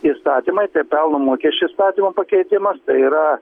įstatymai tai pelno mokesčio įstatymo pakeitimas tai yra